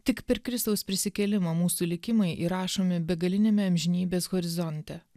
tik per kristaus prisikėlimą mūsų likimai įrašomi begaliniame amžinybės horizonte